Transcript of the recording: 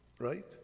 Right